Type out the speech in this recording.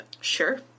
Sure